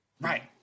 Right